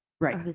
Right